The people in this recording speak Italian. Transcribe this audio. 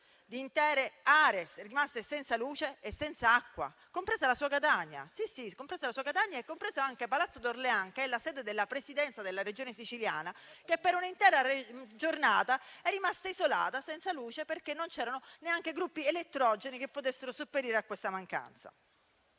di intere aree rimaste senza luce e senza acqua, compresa la sua Catania e compreso anche Palazzo d'Orléans, la sede della Presidenza della Regione Siciliana, che per un'intera giornata è rimasto isolato e senza luce perché non c'erano neanche i gruppi elettrogeni che potessero sopperire alla mancanza